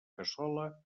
cassola